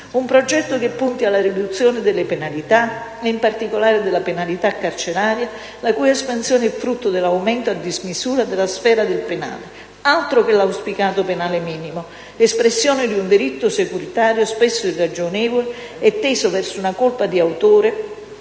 un progetto che punti alla riduzione della penalità e, in particolare della penalità carceraria, la cui espansione è frutto dell'aumento a dismisura della sfera del penale (altro che l'auspicato penale minimo!), espressione di un diritto securitario spesso irragionevole e teso verso una colpa d'autore